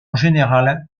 général